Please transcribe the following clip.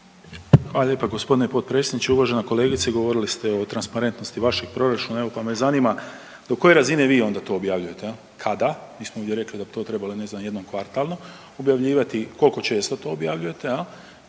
Hvala lijepa g. potpredsjedniče, uvažena kolegice. Govorili ste o transparentnosti vašeg proračuna, evo, pa me zanima, do koje razine vi onda to objavljujete? Kada, mi smo ovdje rekli bi to trebalo, ne znam, jednom kvartalno objavljivati, koliko često to objavljujete?